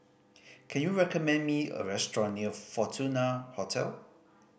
can you recommend me a restaurant near Fortuna Hotel